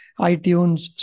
iTunes